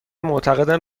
معتقدم